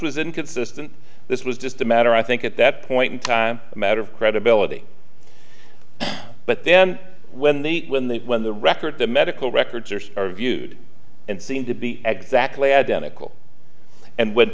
was inconsistent this was just a matter i think at that point in time a matter of credibility but then when the when the when the record the medical records are starr viewed and seem to be exactly identical and w